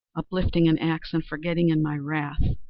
uplifting an axe, and forgetting, in my wrath,